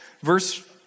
verse